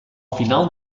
final